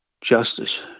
Justice